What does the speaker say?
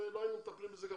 גם אנחנו לא היינו מטפלים בזה.